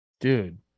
Dude